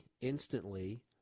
instantly